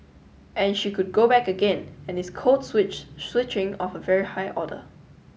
and she could go back again and it's code switch switching of a very high order